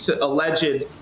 alleged